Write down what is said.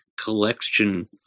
collection